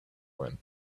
when